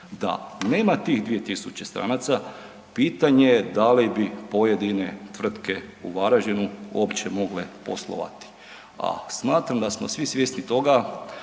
Da nema tih 2000 stranaca, pitanje je da li bi pojedine tvrtke u Varaždinu uopće mogle poslovati a smatram da smo svi svjesni toga